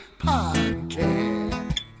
Podcast